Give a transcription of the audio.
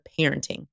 parenting